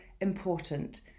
important